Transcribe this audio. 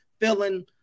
feeling